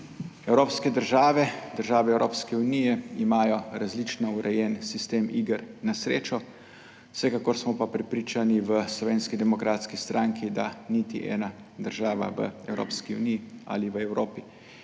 Evropske države, države Evropske unije imajo različno urejen sistem iger na srečo. Vsekakor smo pa prepričani v Slovenski demokratski stranki, da niti ena država v Evropski uniji ali v Evropi